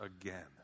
again